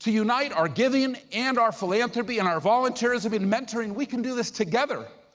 to unite our giving, and and our philanthropy, and our volunteerism and mentoring, we can do this together.